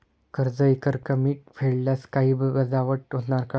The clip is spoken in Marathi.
कर्ज एकरकमी फेडल्यास काही वजावट होणार का?